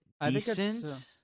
decent